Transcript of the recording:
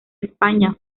españa